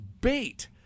bait